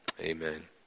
Amen